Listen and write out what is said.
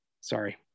Sorry